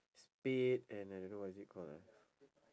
spade and uh I don't know what is it call ah